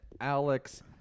Alex